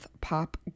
pop